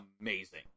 amazing